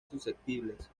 susceptibles